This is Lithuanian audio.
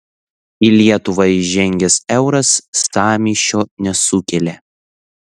į lietuvą įžengęs euras sąmyšio nesukėlė